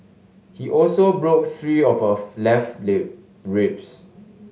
he also broke three of her left ribs